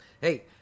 hey